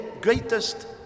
greatest